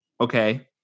okay